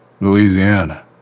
Louisiana